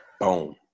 Boom